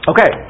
Okay